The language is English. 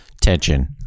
tension